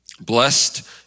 Blessed